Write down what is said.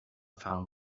found